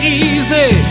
easy